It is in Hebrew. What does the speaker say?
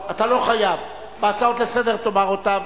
אתה לא חייב, בהצעות לסדר-היום תאמר אותם.